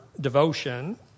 devotion